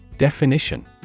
Definition